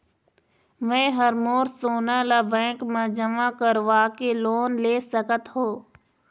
मैं हर मोर सोना ला बैंक म जमा करवाके लोन ले सकत हो?